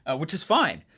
ah which is fine.